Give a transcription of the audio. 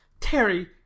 Terry